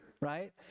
right